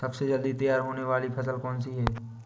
सबसे जल्दी तैयार होने वाली फसल कौन सी है?